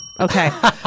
Okay